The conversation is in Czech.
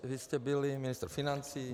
Vy jste byl i ministr financí.